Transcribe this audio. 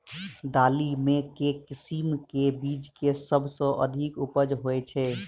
दालि मे केँ किसिम केँ बीज केँ सबसँ अधिक उपज होए छै?